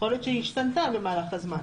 יכול להיות שהיא השתנתה במהלך הזמן.